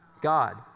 God